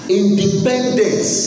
independence